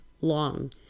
long